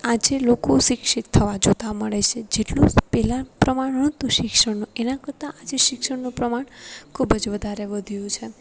આજે લોકો શિક્ષિત થવા જોતાં મળે છે જેટલું પહેલાં પ્રમાણ નહોતું શિક્ષણનું એના કરતાં આજે શિક્ષણનું પ્રમાણ ખૂબ જ વધારે વધ્યું છે